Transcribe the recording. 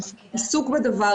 ולהשאר רגע במקום הערכי,